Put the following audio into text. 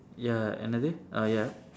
ya என்னது:ennathu err ya